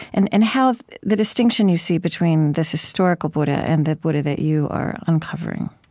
and and how the distinction you see between this historical buddha and the buddha that you are uncovering?